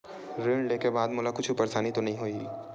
ऋण लेके बाद मोला कुछु परेशानी तो नहीं होही?